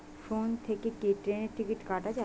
Phone থেকে কি ট্রেনের টিকিট কাটা য়ায়?